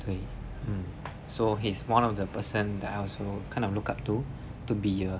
对 mm so he's one of the person that I also kind of look up to to be a